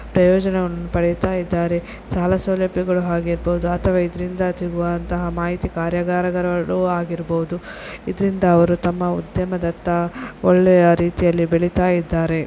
ಪ್ರಯೋಜನವನ್ನು ಪಡೀತಾ ಇದ್ದಾರೆ ಸಾಲ ಸೌಲಭ್ಯಗಳು ಆಗಿರಬಹುದು ಅಥವಾ ಇದರಿಂದ ಸಿಗುವಂತಹ ಮಾಹಿತಿ ಕಾರ್ಯಾಗಾರಗಳೂ ಆಗಿರಬಹುದು ಇದರಿಂದ ಅವರು ತಮ್ಮ ಉದ್ಯಮದತ್ತ ಒಳ್ಳೆಯ ರೀತಿಯಲ್ಲಿ ಬೆಳೀತಾ ಇದ್ದಾರೆ